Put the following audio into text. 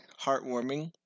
heartwarming